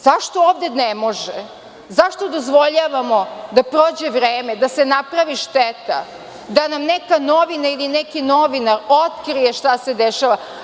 Zašto ovde ne može, zašto dozvoljavamo da prođe vreme, da se napravi šteta, da nam neka novina ili neki novinar otkrije šta se dešava?